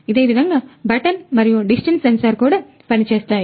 ఇదే విధముగా బటన్ మరియు డిస్టెన్స్ సెన్సార్ కూడా పనిచేస్తాయి